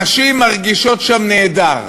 נשים מרגישות שם נהדר,